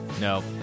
No